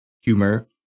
humor